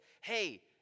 hey